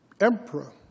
emperor